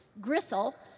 gristle